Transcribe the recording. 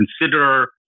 consider